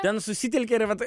ten susitelkia ir vat